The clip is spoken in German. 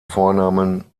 vornamen